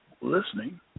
listening